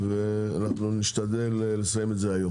ואנחנו נשתדל לסיים את זה היום.